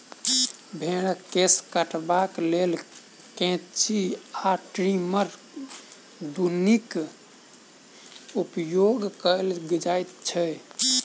भेंड़क केश कटबाक लेल कैंची आ ट्रीमर दुनूक उपयोग कयल जाइत छै